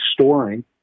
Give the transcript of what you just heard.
storing